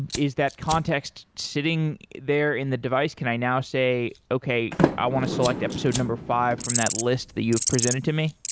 and is that context sitting there in the device? can i now say, okay, i want to select episode number five from that list that you have presented to me?